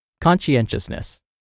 Conscientiousness